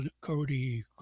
Cody